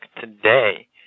today